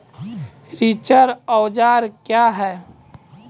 रिचर औजार क्या हैं?